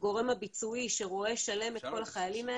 והכספים כגורם הביצועי שרואה שלם את כל החיילים האלה,